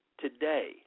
today